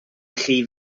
chi